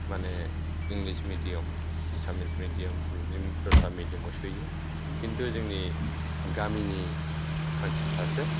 माने English medium Assamese medium बिदिनो दस्रा मिडियामाव सोयो खिन्थु जोंनि गामिनि मानसिफ्रासो